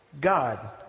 God